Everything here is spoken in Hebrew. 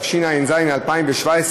התשע"ז 2017,